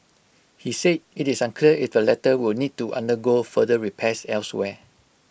he said IT is unclear if the latter will need to undergo further repairs elsewhere